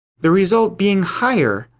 the result being higher,